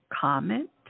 comment